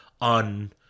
on